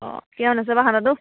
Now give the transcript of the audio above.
অঁ কি আনিছা বা খানাটো